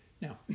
Now